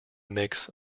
mix